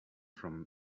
from